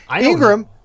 Ingram